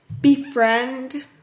befriend